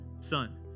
Son